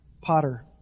potter